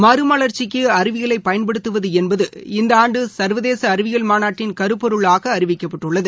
மறுமவர்ச்சிக்குஅறிவியலையன்படுத்துவதுஎன்பது இந்தஆண்டு சர்வதேசஅறிவியல் மாநாட்டின் கருப்பொருளாகஅறிவிக்கப்பட்டுள்ளது